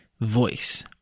voice